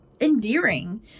endearing